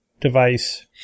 device